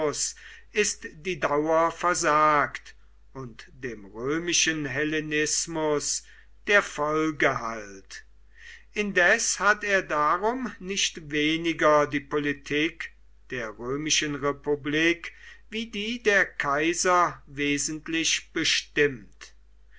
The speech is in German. ist die dauer versagt und dem römischen hellenismus der vollgehalt indes hat er darum nicht weniger die politik der römischen republik wie die der kaiser wesentlich bestimmt